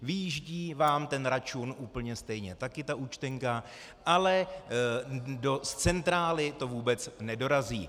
Vyjíždí vám ten račun úplně stejně, taky ta účtenka, ale do centrály to vůbec nedorazí.